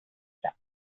step